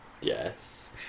Yes